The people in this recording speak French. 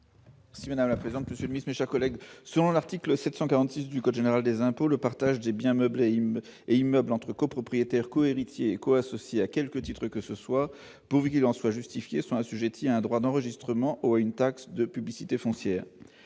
Si on a la présidente suisse collègues selon l'article 746 du code général des impôts, le partage des biens meubles et il m'est immeuble entre copropriétaires co-héritier co-associé à quelque titre que ce soit, pourvu qu'il en soit justifié, sont assujettis à un droit d'enregistrement, une taxe de publicité foncière